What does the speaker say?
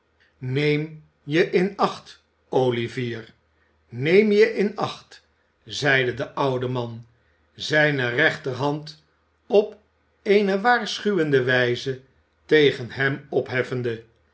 neem je in acht olivier neem je in acht zeide de oude man zijne rechterhand op eene waarschuwende wijze tegen hem opheffende